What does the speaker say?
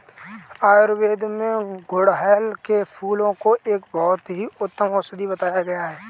आयुर्वेद में गुड़हल के फूल को एक बहुत ही उत्तम औषधि बताया गया है